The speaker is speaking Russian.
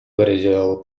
выразил